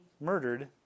murdered